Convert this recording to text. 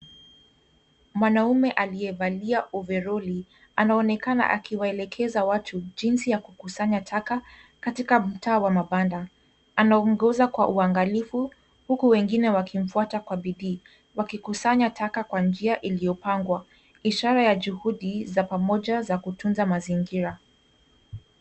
Mwanaume aliyevalia ovaroli, anaonekana akiwaelekeza watu jinsi ya kukusanya taka, katika mtaa wa mabanda. Anaongoza kwa uangalifu, huku wengine wakimfuata kwa bidii, wakikusanya taka kwa njia iliyopangwa, ishara ya juhudi za pamoja za kutunza mazingira.